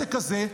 לעסק הזה,